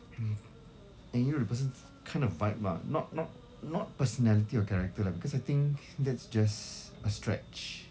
hmm and you know the person's kind of vibe ah not not not personality or character lah because I think that's just a stretch